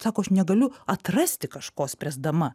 sako aš negaliu atrasti kažko spręsdama